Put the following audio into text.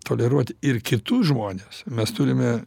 toleruoti ir kitus žmones mes turime